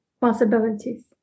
possibilities